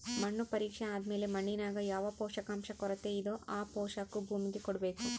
ಮಣ್ಣು ಪರೀಕ್ಷೆ ಆದ್ಮೇಲೆ ಮಣ್ಣಿನಾಗ ಯಾವ ಪೋಷಕಾಂಶ ಕೊರತೆಯಿದೋ ಆ ಪೋಷಾಕು ಭೂಮಿಗೆ ಕೊಡ್ಬೇಕು